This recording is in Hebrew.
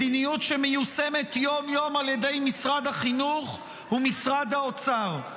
מדיניות שמיושמת יום-יום על ידי משרד החינוך ומשרד האוצר,